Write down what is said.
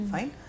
Fine